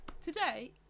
Today